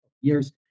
years